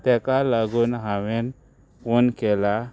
तेका लागून हांवेंन फोन केला